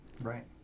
Right